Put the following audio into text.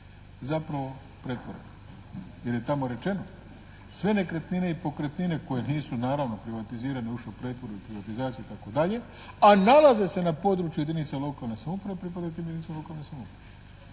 zapravo pretvoreno. Jer je tamo rečeno: Sve nekretnine i pokretnine koje nisu naravno privatizirane još u pretvorbi i privatizaciji i tako dalje, a nalaze se na području jedinica lokalne samouprave pripadaju primjerice lokalnoj samoupravi.